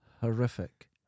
Horrific